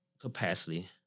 capacity